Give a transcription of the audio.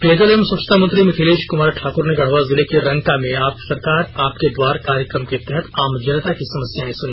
पेयजल एवं स्वच्छता मंत्री मिथिलेश कुमार ठाकुर ने गढ़वा जिले के रंका में सरकार आपके द्वार कार्यक्रम के तहत आम जनता की समस्याएं सुनी